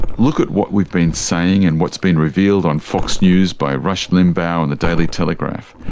look at what we've been saying and what's been revealed on fox news by rush limbaugh and the daily telegraph.